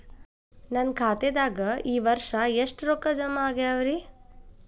ನನ್ನ ಖಾತೆದಾಗ ಈ ವರ್ಷ ಎಷ್ಟು ರೊಕ್ಕ ಜಮಾ ಆಗ್ಯಾವರಿ?